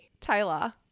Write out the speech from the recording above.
taylor